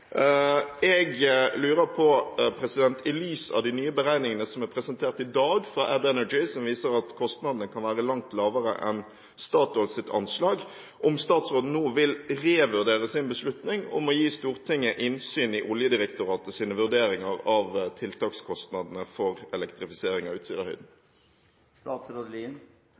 Jeg lurer på i lys av de nye beregningene som er presentert i dag fra Add Energy, som viser at kostnadene kan være langt lavere enn Statoils anslag, om statsråden nå vil revurdere sin beslutning om å gi Stortinget innsyn i Oljedirektoratets vurderinger av tiltakskostnadene for elektrifisering av Utsirahøyden.